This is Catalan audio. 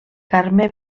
carme